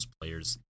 players